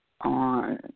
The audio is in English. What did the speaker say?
on